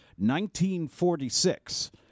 1946